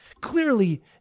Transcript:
Clearly